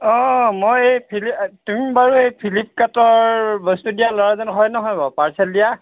অ' মই এই ফিলি তুমি বাৰু এই ফিলিপকাৰ্টৰ বস্তু দিয়া ল'ৰাজন হয় নহয় বাৰু পাৰ্চেল দিয়া